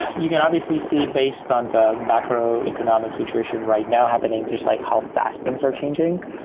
you can obviously see based on the macroeconomic situation right now happening just like how fast things are changing.